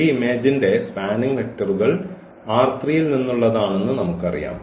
ഈ ഇമേജിന്റെ സ്പാനിങ് വെക്ടറുകൾ ൽ നിന്നുള്ളതാണെന്ന് നമുക്കറിയാം